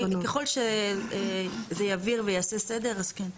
ככל שזה יבהיר ויעשה סדר, אז כן.